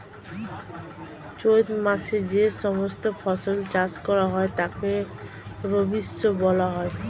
চৈত্র মাসে যে সমস্ত ফসল চাষ করা হয় তাকে রবিশস্য বলা হয়